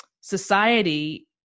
society